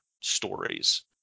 stories